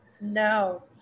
No